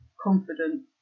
confident